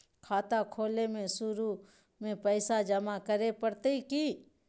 खाता खोले में शुरू में पैसो जमा करे पड़तई की?